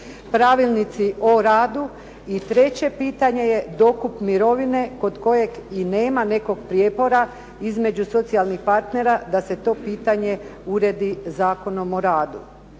pravilnici o radu i treće pitanje je dokup mirovine oko kojeg nema nekog prijepora između socijalnih partnera da se to socijalno pitanje uredi Zakonom o radu.